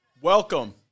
Welcome